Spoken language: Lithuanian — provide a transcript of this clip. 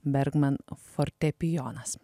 bergman fortepijonas